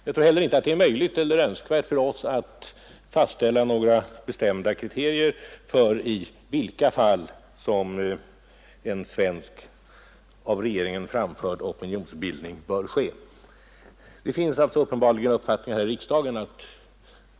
Jag tror heller inte att det är möjligt eller önskvärt för oss att fastställa några bestämda kriterier för de fall då en svensk av regeringen framförd opinionsyttring bör ske. Det finns uppenbarligen olika uppfattningar här i riksdagen.